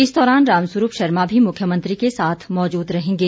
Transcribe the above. इस दौरान रामस्वरूप शर्मा भी मुख्यमंत्री के साथ मौजूद रहेंगे